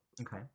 okay